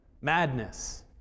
Madness